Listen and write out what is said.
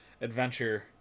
adventure